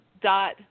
dot